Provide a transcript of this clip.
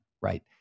right